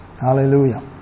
Hallelujah